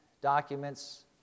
documents